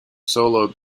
solo